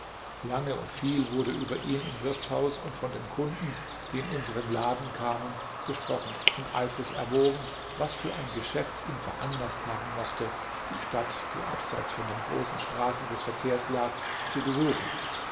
lange und viel wurde über ihn im wirtshaus und von den kunden die in unseren laden kamen gesprochen und eifrig erwogen was für ein geschäft ihn veranlaßt haben mochte die stadt die abseits von den großen straßen des verkehrs lag zu besuchen